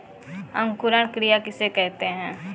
अंकुरण क्रिया किसे कहते हैं?